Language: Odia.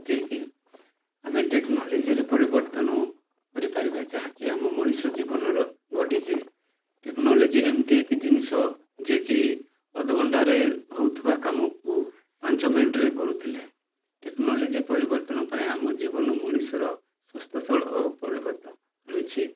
ଯେ କି ଆମେ ଟେକ୍ନୋଲୋଜିରେ ପରିବର୍ତ୍ତନ କରିପାରିବା ଯାହାକି ଆମ ମଣିଷ ଜୀବନର ଘଟିଛି ଟେକ୍ନୋଲୋଜି ଏମିତି ଏକ ଜିନିଷ ଯିଏକି ଅଧ ଘଣ୍ଟାରେ ହଉଥିବା କାମକୁ ପାଞ୍ଚ ମିନିଟ୍ରେ କରୁଥିଲେ ଟେକ୍ନୋଲୋଜି ପରିବର୍ତ୍ତନ ପାଇଁ ଆମ ଜୀବନ ମଣିଷର ସୁସ୍ଥ ରହିଛି